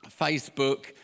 facebook